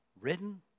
written